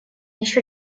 еще